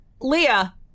Leah